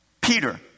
Peter